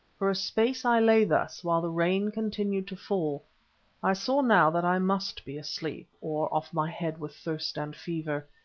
for a space i lay thus, while the rain continued to fall i saw now that i must be asleep or off my head with thirst and fever.